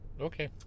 Okay